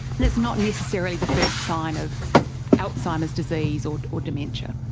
and it's not necessarily the first sign of alzheimer's disease or or dementia.